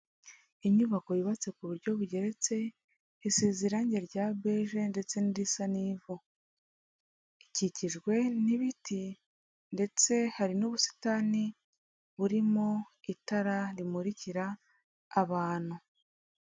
Inyubako yubatse ku buryo bugeretse, isize irangi rya beje ndetse n'irisa n'ivu. Ikikijwe n'ibiti, ndetse hari n'ubusitani, burimo itara rimurikira abantu.